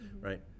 right